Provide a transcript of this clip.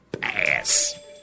pass